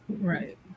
Right